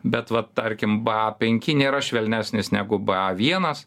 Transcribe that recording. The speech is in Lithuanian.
bet va tarkim ba penki nėra švelnesnis negu ba vienas